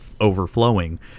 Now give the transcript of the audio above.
overflowing